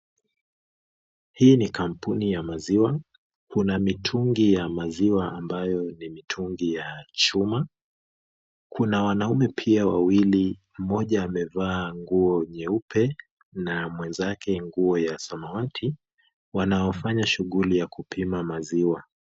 Hii ni kampuni ya maziwa. Kuna mitungi ya maziwa ambayo ni mitungi ya chuma. Kuna wanaume pia wawili, mmoja amevaa nguo nyeupe na mwenzake nguo ya samawati wanaofanya shughuli ya kupima maziwa.